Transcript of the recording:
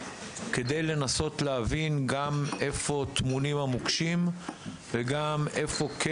כדי לנסות להבין גם איפה טמונים המוקשים וגם איפה כן